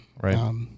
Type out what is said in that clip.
Right